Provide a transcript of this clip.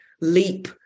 leap